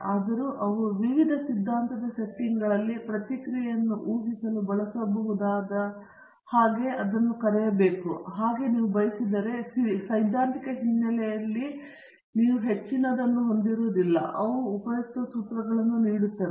ಆದರೂ ಅವು ವಿವಿಧ ಸಿದ್ಧಾಂತದ ಸೆಟ್ಟಿಂಗ್ಗಳಲ್ಲಿ ಪ್ರತಿಕ್ರಿಯೆಯನ್ನು ಊಹಿಸಲು ಬಳಸಬಹುದಾದ ಹಾಗೆ ಅದನ್ನು ಕರೆಯಬೇಕೆಂದು ಬಯಸಿದರೆ ಅವು ಸೈದ್ಧಾಂತಿಕ ಹಿನ್ನೆಲೆಯಲ್ಲಿ ಹೆಚ್ಚಿನದನ್ನು ಹೊಂದಿರುವುದಿಲ್ಲ ಅವು ಉಪಯುಕ್ತ ಸೂತ್ರಗಳನ್ನು ನೀಡುತ್ತವೆ